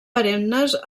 perennes